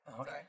Okay